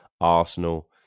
Arsenal